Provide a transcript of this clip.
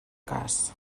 cas